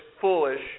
foolish